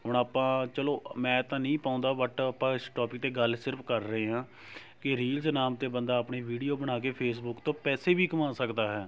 ਹੁਣ ਆਪਾਂ ਚਲੋ ਮੈਂ ਤਾਂ ਨਹੀਂ ਪਾਉਂਦਾ ਬਟ ਆਪਾਂ ਇਸ ਟੋਪਿਕ 'ਤੇ ਗੱਲ ਸਿਰਫ ਕਰ ਰਹੇ ਹਾਂ ਕਿ ਰੀਲਜ਼ ਨਾਮ 'ਤੇ ਬੰਦਾ ਆਪਣੀ ਵੀਡੀਓ ਬਣਾ ਕੇ ਫੇਸਬੁੱਕ ਤੋਂ ਪੈਸੇ ਵੀ ਕਮਾ ਸਕਦਾ ਹੈ